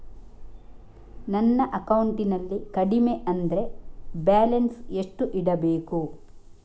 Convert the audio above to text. ನನ್ನ ಅಕೌಂಟಿನಲ್ಲಿ ಕಡಿಮೆ ಅಂದ್ರೆ ಬ್ಯಾಲೆನ್ಸ್ ಎಷ್ಟು ಇಡಬೇಕು?